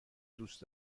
دوست